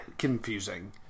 Confusing